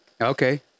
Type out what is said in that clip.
okay